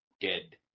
dead